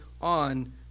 on